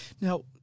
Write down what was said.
now